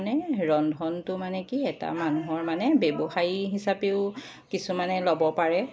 মানে ৰন্ধনটো মানে কি এটা মানুহৰ মানে ব্যৱসায়ী হিচাপেও কিছুমানে ল'ব পাৰে